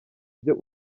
ibyo